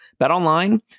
BetOnline